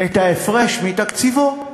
ההפרש מתקציבו.